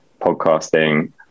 podcasting